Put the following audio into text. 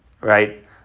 right